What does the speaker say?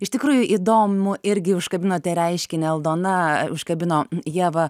iš tikrųjų įdomų irgi užkabinote reiškinį aldona užkabino ieva